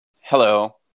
Hello